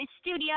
studio